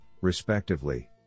respectively